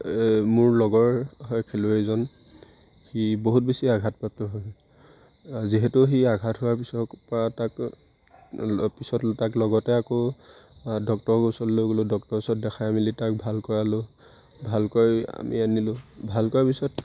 মোৰ লগৰ হয় খেলুৱৈজন সি বহুত বেছি আঘাতপ্ৰাপ্ত হ'ল যিহেতু সি আঘাত হোৱাৰ পিছৰ পৰা তাক পিছত তাক লগতে আকৌ ডক্টৰৰ ওচৰত লৈ গ'লোঁ ডক্টৰৰ ওচৰত দেখাই মেলি তাক ভাল কৰালোঁ ভালকৰি আমি আনিলোঁ ভাল কৰাৰ পিছত